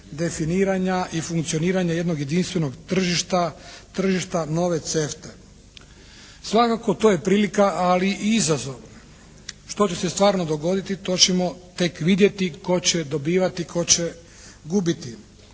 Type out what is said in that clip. definiranja i funkcioniranja jednog jedinstvenog tržišta, tržišta nove CEFTA-e. Svakako to je prilika, ali i izazov. Što će se stvarno dogoditi to ćemo tek vidjeti tko će dobivati, tko će gubiti.